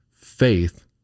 faith